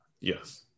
yes